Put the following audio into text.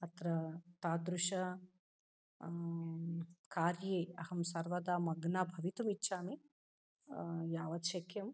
अत्र तादृश कार्ये अहं सर्वदा मग्ना भवितुम् इच्छामि यावत् शक्यं